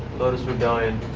lotus rebellion